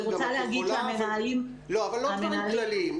לא דברים כלליים,